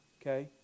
okay